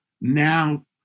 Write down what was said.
now